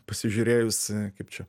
pasižiūrėjus kaip čia